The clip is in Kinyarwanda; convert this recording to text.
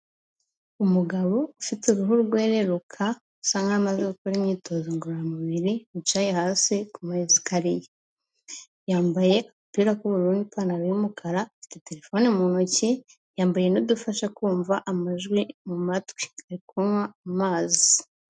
Umugabo ufite uruhu rwereruka bisa nkaho amaze gukora imyitozo ngororamubiri yicaye hasi ku ma esikariye, yambaye agapira k'ubururu n'ipantaro y'umukara afite terefone mu ntoki, yambaye udufasha kumva amajwi mu matwi, ari kunywa amazi.